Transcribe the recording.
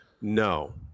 no